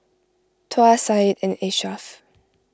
Tuah Said and Ashraff